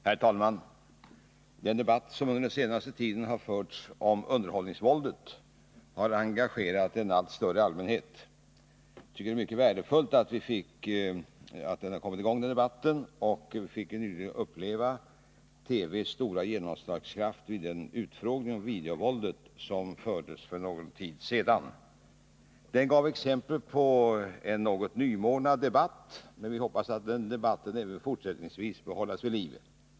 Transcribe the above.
Herr talman! Den debatt som under senare tid förts om underhållningsvåldet har engagerat en allt större allmänhet. Jag tycker det är mycket värdefullt att den kommit i gång, och vi fick nyligen uppleva TV:s stora genomslagskraft vid den utfrågning om videovåldet som genomfördes där för någon tid sedan. Den gav exempel på en något nymornad debatt, men vi hoppas att den debatten även fortsättningsvis hålls vid liv.